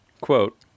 quote